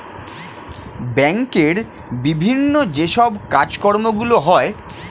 ব্যাংকের বিভিন্ন যে সব কাজকর্মগুলো হয়